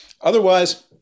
Otherwise